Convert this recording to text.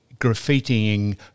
graffitiing